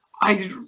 I-